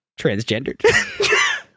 transgendered